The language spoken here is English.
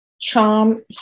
charm